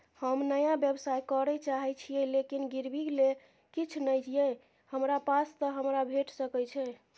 हम नया व्यवसाय करै चाहे छिये लेकिन गिरवी ले किछ नय ये हमरा पास त हमरा भेट सकै छै?